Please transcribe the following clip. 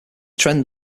trend